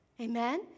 Amen